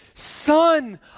Son